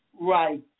right